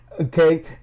okay